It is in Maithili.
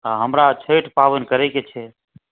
हॅं हमरा छठि पाबनि करैके छै